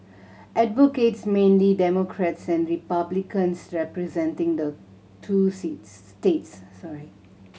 advocates mainly Democrats and Republicans representing the two seats states sorry